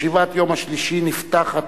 שעה 11:00 תוכן העניינים מסמכים שהונחו על שולחן